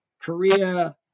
Korea